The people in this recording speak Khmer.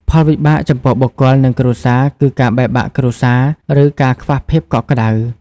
ផលវិបាកចំពោះបុគ្គលនិងគ្រួសារគឺការបែកបាក់គ្រួសារ និងការខ្វះភាពកក់ក្ដៅ។